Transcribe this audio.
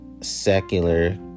secular